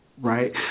Right